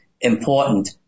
important